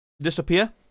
disappear